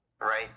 Right